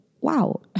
wow